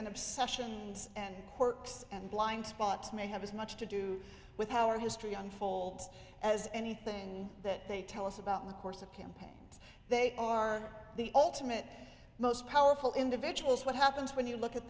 and obsessions and quirks and blind spots may have as much to do with how our history unfolds as anything that they tell us about in the course of campaigns they are the ultimate most powerful individuals what happens when you look at